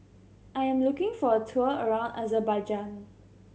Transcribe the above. I am looking for a tour around Azerbaijan